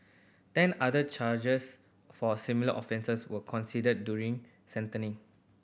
ten other charges for similar offences were considered during